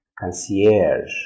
Concierge